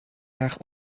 naar